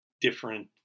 different